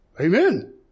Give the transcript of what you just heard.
amen